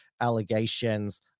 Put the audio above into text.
allegations